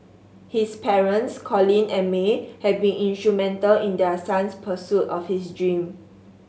his parents Colin and May have been instrumental in their son's pursuit of his dream